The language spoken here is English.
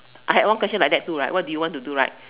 I had one question like that too right what did you want to do right